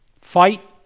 Fight